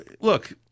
look